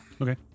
Okay